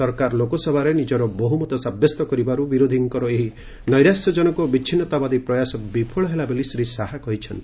ସରକାର ଲୋକସଭାରେ ନିଜର ବହୁମତ ସାବ୍ୟସ୍ତ କରିବାରୁ ବିରୋଧୀଙ୍କ ଏହି ନୈରାଶ୍ୟଜନକ ଓ ବିଚ୍ଛିନ୍ତାବାଦୀ ପ୍ରୟାସ ବିଫଳ ହେଲା ବୋଲି ଶ୍ରୀ ଶାହା କହିଛନ୍ତି